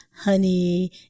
Honey